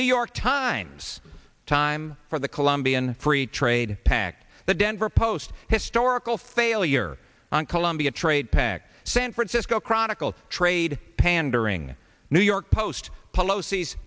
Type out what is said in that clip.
new york times time for the colombian free trade pact the denver post historical failure on colombia trade pact san francisco chronicle trade pandering new york post polo sees